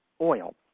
oil